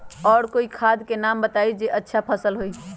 और कोइ खाद के नाम बताई जेसे अच्छा फसल होई?